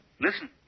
Listen